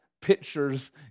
pictures